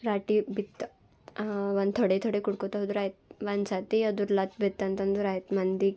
ರಾಟಿ ಬಿತ್ತು ಒಂದು ಥೊಡೆ ಥೊಡೆ ಕುಡ್ಕೋತ ಹೋದ್ರೆ ಆಯ್ತು ಒಂದು ಸತಿ ಅದು ಲತ್ ಬಿತ್ತಂತಂದ್ರೆ ಆಯ್ತು ಮಂದಿಗೆ